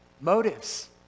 motives